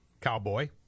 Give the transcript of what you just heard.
cowboy